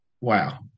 Wow